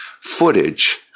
footage